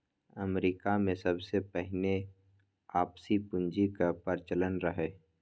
अमरीकामे सबसँ पहिने आपसी पुंजीक प्रचलन रहय